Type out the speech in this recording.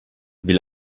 wie